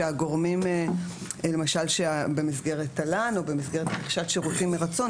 שהגורמים למשל במסגרת תל"ן או במסגרת רכישת שירותים מרצון.